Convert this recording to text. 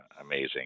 amazing